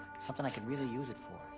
something i could really use it for.